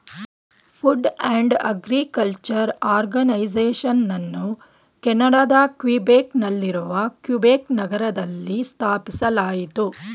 food and agriculture ಆರ್ಗನೈಸೇಷನನ್ನು ಕೆನಡಾದ Quebec ನಲ್ಲಿರುವ ಕ್ಯುಬೆಕ್ ನಗರದಲ್ಲಿ ಸ್ಥಾಪಿಸಲಾಯಿತು